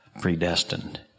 predestined